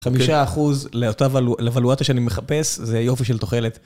חמישה אחוז לאותה לוולואציה שאני מחפש זה יופי של תוחלת.